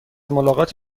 ملاقات